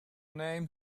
name